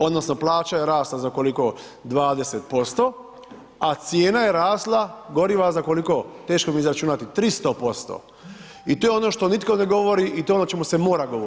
Odnosno plaća je rasla, za koliko, 20%, a cijena je rasla goriva, za koliko, teško mi je izračunati, 300%, i to je ono što nitko ne govori i to je ono o čemu se mora govoriti.